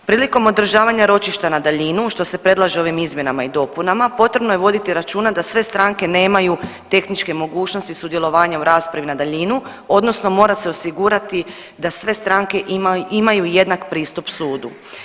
Prilikom održavanja ročišta na daljinu što se predlaže ovim izmjenama i dopuna potrebno je voditi računa da sve stranke nemaju tehničke mogućnosti sudjelovanja u raspravi na daljinu odnosno mora se osigurati da sve stranke imaju jednak pristup sudu.